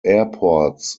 airports